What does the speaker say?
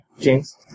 James